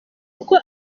uko